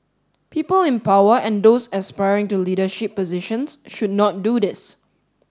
people in power and those aspiring to leadership positions should not do this